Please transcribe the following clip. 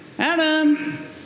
Adam